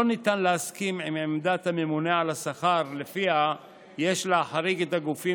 לא ניתן להסכים לעמדת הממונה על השכר שלפיה יש להחריג את הגופים